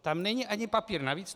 Tam není ani papír navíc!